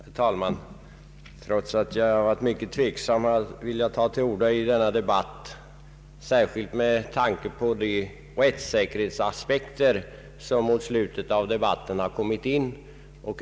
Herr talman! Trots att jag varit mycket tveksam vill jag ta till orda i denna debatt, särskilt med tanke på de rättssäkerhetsaspekter som kommit in i slutet av densamma.